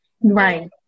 Right